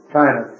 China